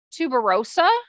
tuberosa